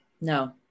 No